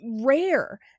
Rare